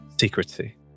secrecy